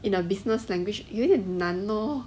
in a business language 有一点难 lor